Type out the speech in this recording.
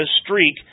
streak